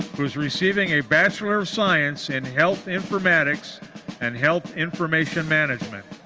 who is receiving a bachelor of science in health informatics and health information management.